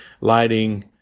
lighting